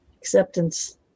Acceptance